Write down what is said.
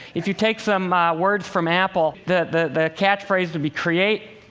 if you take some words from apple, the catchphrase that we create,